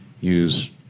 use